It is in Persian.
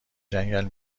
جنگل